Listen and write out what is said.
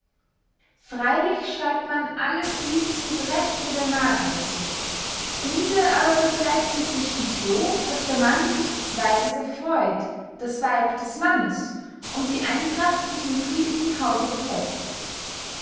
freylich schreibt man alles dieses mit rechte der narrheit zu diese aber betreibts inzwischen so daß der mann sich des weibes erfreut das weib des mannes und die eintracht sich im friedlichen hause befestigt